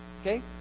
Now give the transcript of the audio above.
okay